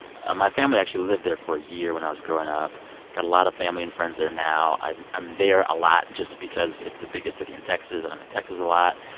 my family actually lived there for a year when i was growing up got a lot of family and friends there now. i'm i'm there a lot just because it's the biggest city in texas, and i'm in texas a lot.